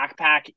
backpack